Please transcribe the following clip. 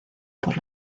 por